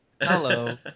Hello